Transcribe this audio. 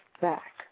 back